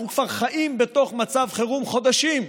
אנחנו כבר חיים במצב חירום חודשים.